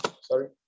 Sorry